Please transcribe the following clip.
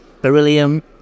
beryllium